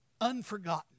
unforgotten